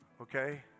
Okay